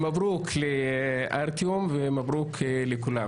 מברוכ לארטיום ולכולם.